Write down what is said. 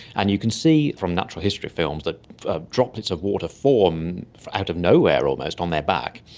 and you can see from natural history films that droplets of water form out of nowhere almost on their back.